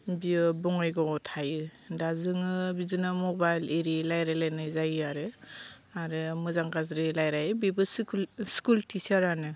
बियो बङाइगावआव थायो दा जोङो बिदिनो मबाइल इरि रायज्लाय लायनाय जायो आरो आरो मोजां गाज्रि रायज्लायो बेबो स्कुल टिचारआनो